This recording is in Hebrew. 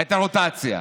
את הרוטציה.